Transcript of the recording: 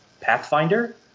Pathfinder